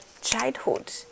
childhood